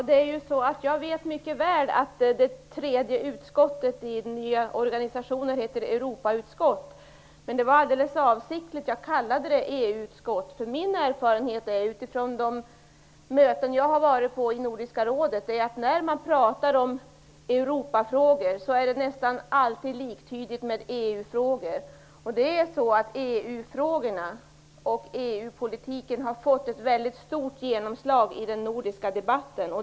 Fru talman! Jag vet mycket väl att det tredje utskottet i den nya organisationen heter Europautskottet. Men det var avsiktligt som jag kallade det för EU utskottet. Min erfarenhet utifrån de möten som jag har varit på i Nordiska rådet är att när man talar om Europafrågor är det nästan alltid liktydigt med EU-frågor. EU-frågorna och EU-politiken har fått ett mycket stort genomslag i den nordiska debatten.